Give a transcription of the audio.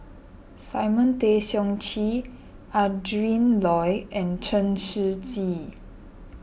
Simon Tay Seong Chee Adrin Loi and Chen Shiji